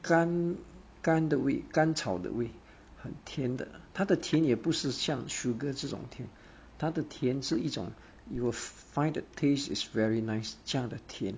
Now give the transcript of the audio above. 甘甘的味甘草的味很甜的它的甜也不是像 sugar 这种甜它的是一种 you will find the taste it's very nice 这样的甜